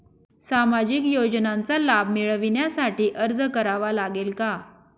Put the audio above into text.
सामाजिक योजनांचा लाभ मिळविण्यासाठी अर्ज करावा लागेल का?